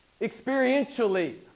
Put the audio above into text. experientially